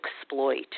exploit